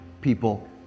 people